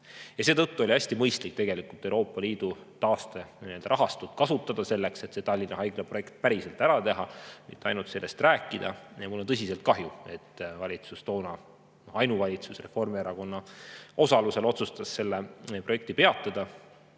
Seetõttu oli hästi mõistlik Euroopa Liidu taasterahastut kasutada selleks, et see Tallinna Haigla projekt päriselt ära teha, mitte ainult sellest rääkida. Ja mul on tõsiselt kahju, et toona valitsus, Reformierakonna ainuvalitsus, otsustas selle projekti peatada.